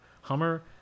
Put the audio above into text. Hummer